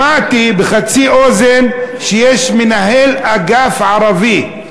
שמעתי בחצי אוזן שיש מנהל אגף ערבי,